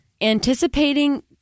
anticipating